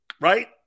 right